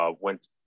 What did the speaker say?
went